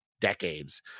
decades